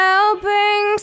Helping